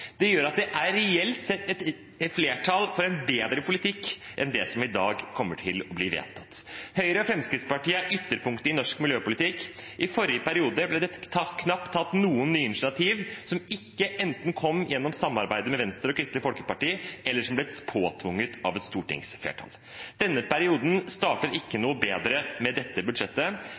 Det gjør at det reelt sett er flertall for en bedre politikk enn den som i dag kommer til å bli vedtatt. Høyre og Fremskrittspartiet er ytterpunktet i norsk miljøpolitikk. I forrige periode ble det knapt tatt noen nye initiativ som ikke kom gjennom samarbeidet med Venstre og Kristelig Folkeparti eller ble påtvunget av et stortingsflertall. Denne perioden starter ikke bedre med dette budsjettet.